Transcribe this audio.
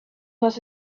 was